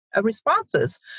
responses